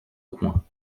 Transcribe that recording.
coin